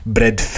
Bread